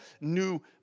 new